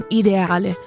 ideale